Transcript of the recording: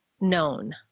known